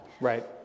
Right